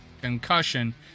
concussion